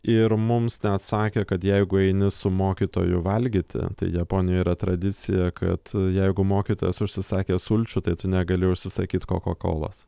ir mums atsakė kad jeigu eini su mokytoju valgyti tai japonijoj yra tradicija kad jeigu mokytojas užsisakė sulčių tai tu negali užsisakyt kokakolos